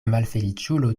malfeliĉulo